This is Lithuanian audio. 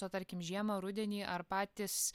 o tarkim žiemą rudenį ar patys